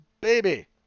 baby